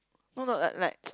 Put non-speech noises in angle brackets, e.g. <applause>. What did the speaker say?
no no like like <noise>